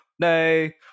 day